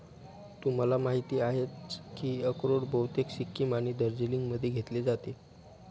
तुम्हाला माहिती आहेच की अक्रोड बहुतेक सिक्कीम आणि दार्जिलिंगमध्ये घेतले जाते